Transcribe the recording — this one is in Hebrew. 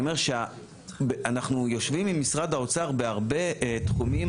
אנחנו יושבים עם משרד האוצר בהרבה תחומים,